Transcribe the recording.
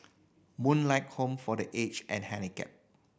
Moonlight Home for The Aged and Handicap